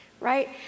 Right